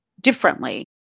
differently